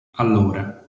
allora